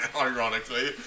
ironically